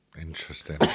interesting